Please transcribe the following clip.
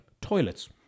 toilets